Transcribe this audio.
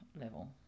level